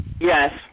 Yes